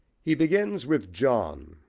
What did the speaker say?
he begins with john,